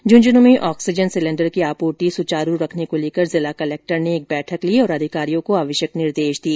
झुंझन् में oxygen cylinder की आपूर्ति सुचारू रखने को लेकर जिला कलेक्टर ने एक बैठक ली और अधिकारियों को आवश्यक निर्देश दिए